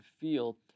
feel